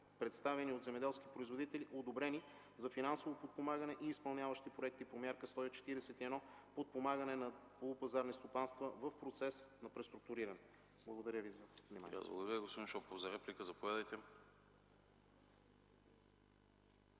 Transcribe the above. представени от земеделски производители, одобрени за финансово подпомагане и изпълняващи проекти по Мярка 141 „Подпомагане на полупазарни стопанства в процес на преструктуриране”. Благодаря за вниманието.